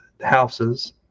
houses